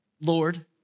Lord